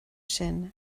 sin